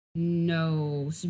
No